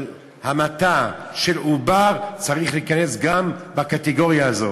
של המתה של עובר, צריך להיכנס גם בקטגוריה הזאת.